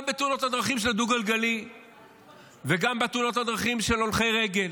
גם בתאונות הדרכים של הדו-גלגלי וגם בתאונות הדרכים של הולכי רגל,